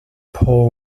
paul